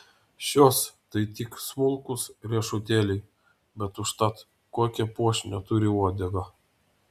šios tai tik smulkūs riešutėliai bet užtat kokią puošnią turi uodegą